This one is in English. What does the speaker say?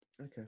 Okay